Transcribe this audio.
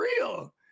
real